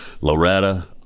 loretta